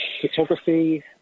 photography